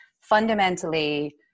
Fundamentally